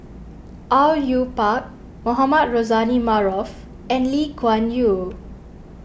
Au Yue Pak Mohamed Rozani Maarof and Lee Kuan Yew